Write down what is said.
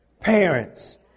parents